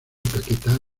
caquetá